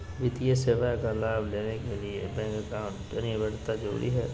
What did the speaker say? वित्तीय सेवा का लाभ लेने के लिए बैंक अकाउंट अनिवार्यता जरूरी है?